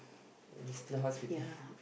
still hospital